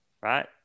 Right